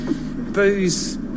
booze